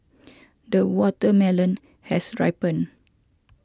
the watermelon has ripened